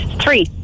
Three